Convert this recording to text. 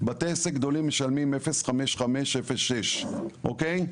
בתי העסק גדולים 0.5506, אוקיי?